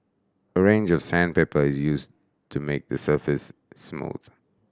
a range of sandpaper is used to make the surface smooth